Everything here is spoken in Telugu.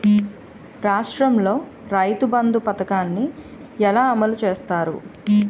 రాష్ట్రంలో రైతుబంధు పథకాన్ని ఎలా అమలు చేస్తారు?